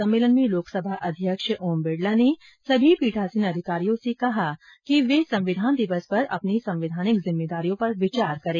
सम्मेलन में लोकसभा अध्यक्ष ओम बिरला ने सभी पीठासीन अधिकारियों से कहा कि वे संविधान दिवस पर अपनी संवैधानिक जिम्मेदारियों पर विचार करें